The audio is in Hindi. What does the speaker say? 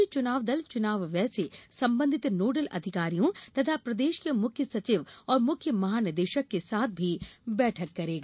केंद्रीय चुनाव दल चुनाव व्यय से संबंधित नोडल अधिकारियों तथा प्रदेश के मुख्य सचिव और पुलिस महानिदेशक के साथ भी बैठक करेगा